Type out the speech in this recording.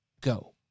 go